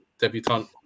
debutante